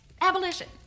Abolition